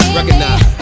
Recognize